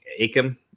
ACOM